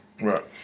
Right